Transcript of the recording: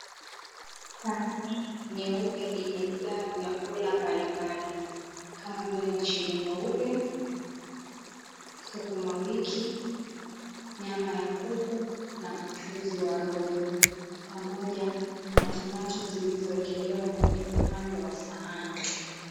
Sahani nyeupe imejaa vyakula mbalimbali kama vile mchele mweupe, sukumawiki, nyama ya kuku na mchuuzi wa rojo pamoja na tomato zilizoekelewa kwenye upande wa sahani.